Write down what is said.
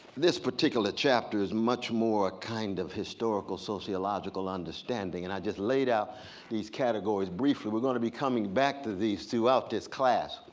this particular chapter is much more kind of historical sociological understanding. and i just laid out these categories briefly. we're going to be coming back to these throughout this class.